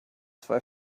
zwei